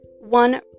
one